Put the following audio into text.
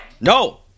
No